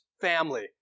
family